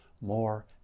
more